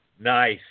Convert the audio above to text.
Nice